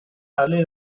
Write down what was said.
early